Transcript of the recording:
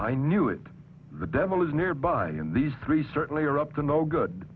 i knew it the devil is nearby these three certainly are up to no good